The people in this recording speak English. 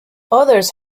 others